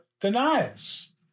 Denials